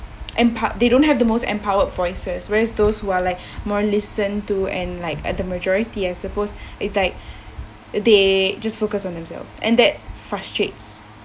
empo~ they don't have the most empowered voices raised those who are like more listened to and like are the majority I suppose it's like they just focus on themselves and that frustrates